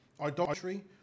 Idolatry